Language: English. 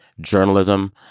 journalism